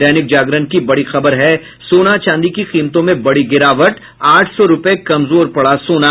दैनिक जागरण की बड़ी खबर है सोना चांदी की कीमतों में बड़ी गिरावट आठ सौ रूपये कमजोर पड़ा सोना